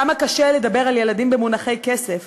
כמה קשה לדבר על ילדים במונחי כסף,